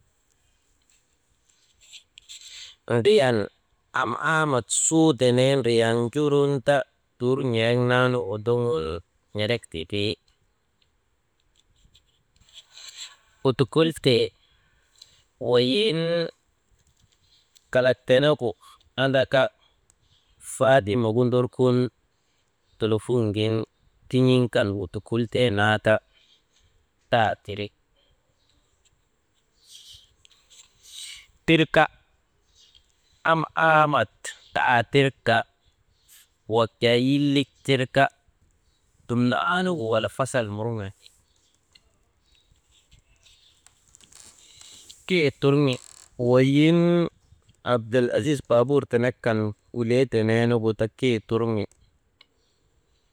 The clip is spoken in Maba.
Driyan, am aamat suu tenee ndriyan njurun ta dur n̰erek naa nuŋgu ndogun n̰erek tindri mudukulte, weyiŋ kalak tenegu andaka faatime gu ndorkun tin̰iŋ kan wudukultee naa ti taa tiri. Tirka am aamat taa tirka dumnaanuŋgu wala fasal morŋandi, kee torŋi weyiŋ abdalaziz baabur tenek kan gulee tenee nugu ta kee torŋi.